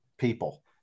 people